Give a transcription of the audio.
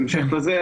בהמשך לזה,